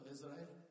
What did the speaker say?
Israel